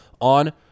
On